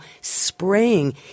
spraying